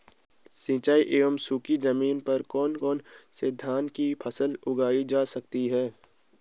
सिंचाई एवं सूखी जमीन पर कौन कौन से धान की फसल उगाई जा सकती है?